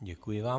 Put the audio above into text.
Děkuji vám.